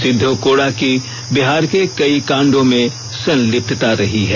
सिद्दो कोड़ा की बिहार के कई कांडो में संलिप्तता रही है